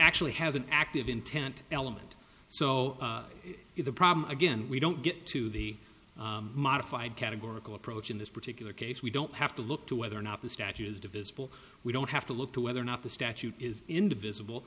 actually has an active intent element so the problem again we don't get to the modified categorical approach in this particular case we don't have to look to whether or not the statute is divisible we don't have to look to whether or not the statute is invisible